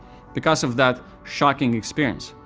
because of that shocking experience.